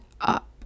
up